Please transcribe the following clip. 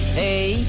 hey